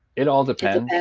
it all depends.